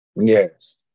Yes